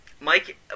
Mike